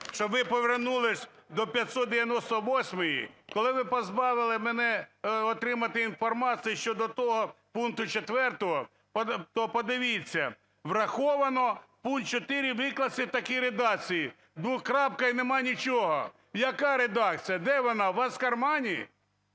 щоб ви повернулися до 598-ї, коли ви позбавили мене отримати інформацію щодо того пункту 4, то, подивіться: "враховано", пункт 4 викласти в такій редакції, двокрапка – і нема нічого. Яка редакція, де вона, у вас в кармані?